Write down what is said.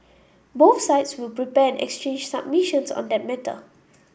both sides will prepare and exchange submissions on that matter